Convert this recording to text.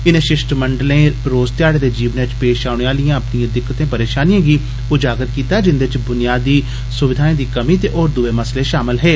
इनें षिश्टमंडले रोज ध्याडे दे जीवनै च पेष औने आलिए अपनिएं दिक्कतें परेषानिएं गी उजागर कीता जिन्दे च बुनियादी सुविधाएं दी कमीं ते होर दूए मसलें षामल हे